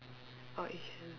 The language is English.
orh yi xuan